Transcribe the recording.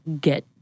get